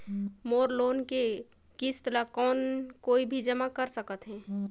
मोर loan के किस्त ल कौन कोई भी जमा कर सकथे?